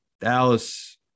Dallas